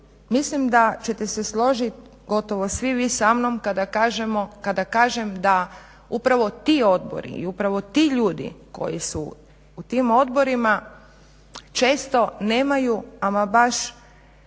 mislim da ćete se složiti gotovo svi vi sa mnom kada kažem da upravo ti odbori i upravo ti ljudi koji su u tim odborima često nemaju ama baš